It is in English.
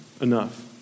enough